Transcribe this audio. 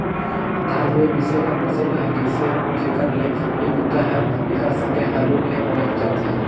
धान लूए मिसे कर मसीन आए गेइसे जेखर ले ए बूता हर एकर संघे हालू ले होए जाथे